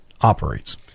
operates